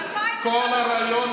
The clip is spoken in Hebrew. זה הכול מהריאיון,